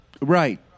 Right